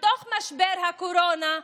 בתוך משבר הקורונה,